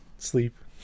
Sleep